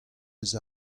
eus